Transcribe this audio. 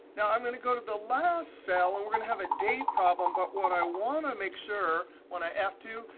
now i'm going to go to the last cell and we're going to have a date problem. but what i want to make sure, when i f two,